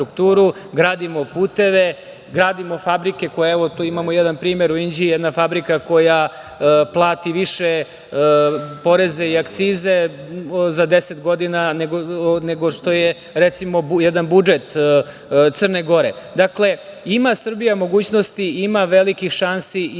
gradimo puteve, gradimo fabrike. Evo, tu imamo jedan primer, u Inđiji je jedna fabrika koja plati više poreze i akcize za 10 godina nego što je, recimo, jedan budžet Crne Gore. Dakle, ima Srbija mogućnosti, ima velikih šansi, ima